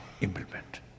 implement